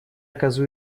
козу